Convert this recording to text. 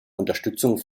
unterstützung